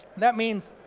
that means,